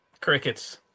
crickets